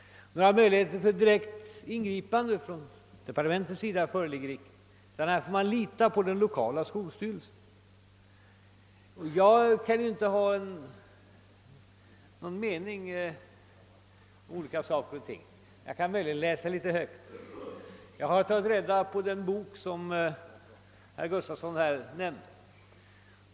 Några möjligheter till ingripande från departementet föreligger inte, utan man får lita på de lokala skolstyrelserna. Jag kan inte ha någon mening om saker och ting härvidlag — jag kan möjligen läsa högt ett tag. Jag har tagit fram den bok som herr Gustavsson i Nässjö nämnde.